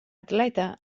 atleta